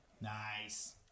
Nice